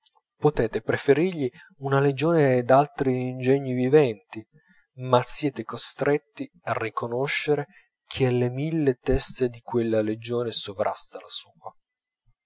potete preferirgli una legione d'altri ingegni viventi ma siete costretti a riconoscere che alle mille teste di quella legione sovrasta la sua